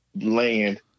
land